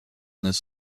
this